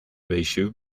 bichu